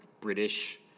British